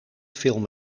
film